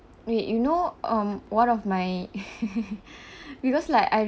y~ you know um one of my because like I